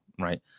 right